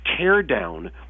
teardown